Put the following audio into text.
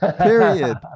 Period